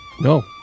No